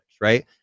right